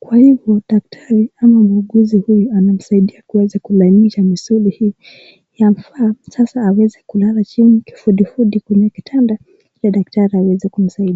Kwa hivyo daktari ama muuguzi huyu anamsaidia kuweza kulainisha misuli hii. Yafaa sasa aweze kulala chini kifudifudi kwenye kitanda ili daktari aweze kumsaidia